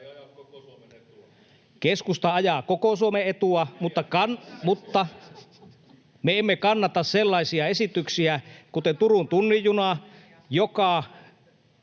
Keskusta ajaa koko Suomen etua, mutta me emme kannata sellaisia esityksiä kuten Turun tunnin juna, joka